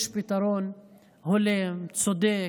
יש פתרון הולם, צודק,